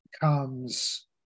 comes